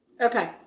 Okay